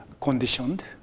conditioned